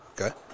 okay